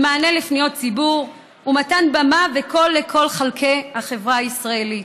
במענה לפניות ציבור ובמתן במה וקול לכל חלקי החברה ישראלית.